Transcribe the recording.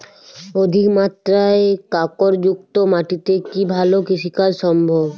অধিকমাত্রায় কাঁকরযুক্ত মাটিতে কি ভালো কৃষিকাজ সম্ভব?